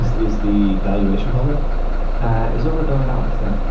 is the valuation public? it was over a billion dollars, yeah.